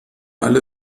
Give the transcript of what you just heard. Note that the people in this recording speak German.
alle